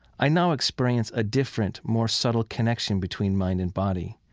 i now experience a different, more subtle connection between mind and body.